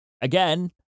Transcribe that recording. again